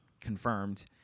confirmed